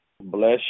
Bless